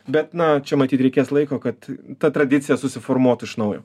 bet na čia matyt reikės laiko kad ta tradicija susiformuotų iš naujo